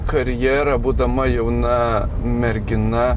karjerą būdama jauna mergina